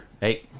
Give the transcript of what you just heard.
hey